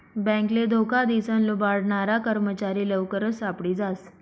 बॅकले धोका दिसन लुबाडनारा कर्मचारी लवकरच सापडी जास